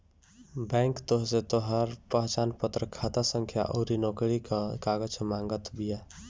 bank तोहसे तोहार पहचानपत्र, खाता संख्या अउरी नोकरी कअ कागज मांगत बिया